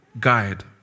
guide